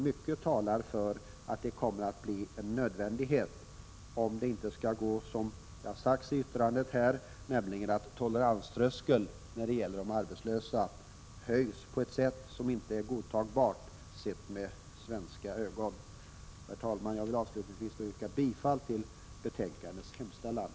Mycket talar för att detta kommer att bli en nödvändighet, om det inte skall gå som det har sagts i det särskilda yttrandet, nämligen att toleranströskeln när det gäller arbetslösheten riskerar att höjas på ett sätt som inte är godtagbart ur svensk synpunkt. Herr talman! Jag vill avslutningsvis yrka bifall till utskottets hemställan.